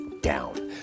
down